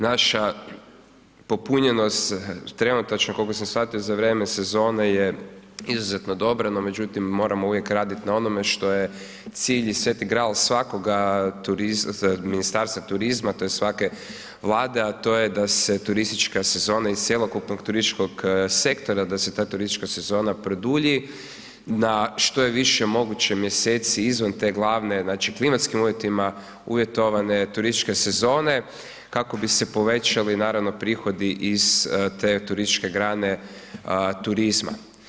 Naša popunjenost trenutačno, koliko sam shvatio za vrijeme sezone je izuzetno dobra, no međutim moramo uvijek raditi na onome što je cilj i sveti gral svakoga turizma, Ministarstva turizma, tj. svake Vlade a to je da se turistička sezona iz cjelokupnog turističkog sektora da se ta turistička sezona produlji na što je više moguće mjeseci izvan te glavne, znači klimatskim uvjetima uvjetovane turističke sezone kako bi se povećali naravno prihodi iz te turističke grane turizma.